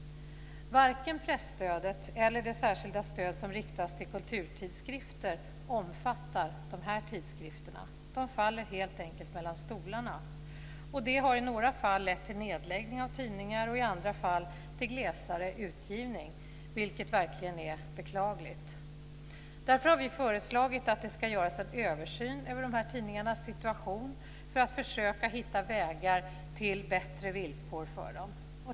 Varken presstödet eller det särskilda stöd som riktas till kulturtidskrifter omfattar de här tidskrifterna. De faller helt enkelt mellan stolarna. Det har i några fall lett till nedläggning av tidningar och i andra fall till glesare utgivning, vilket verkligen är beklagligt. Därför har vi föreslagit att det ska göras en översyn över de här tidningarnas situation för att försöka hitta vägar till bättre villkor för dem.